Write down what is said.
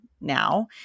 now